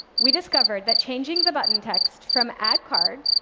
we discovered that changing the button text from add card